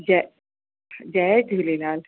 जय जय झूलेलाल